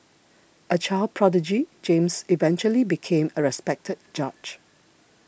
a child prodigy James eventually became a respected judge